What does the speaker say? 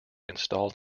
installed